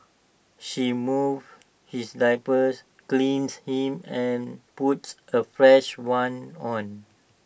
she moves his diapers cleans him and puts A fresh one on